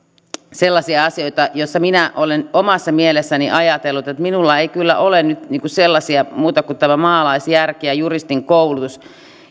sellaisia asioita joista minä olen omassa mielessäni ajatellut että minulla ei kyllä ole nyt muuta kuin tämä maalaisjärki ja juristin koulutus